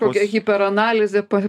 tokia hyper analizė pa